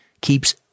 keeps